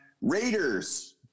raiders